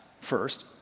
first